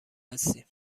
هستیم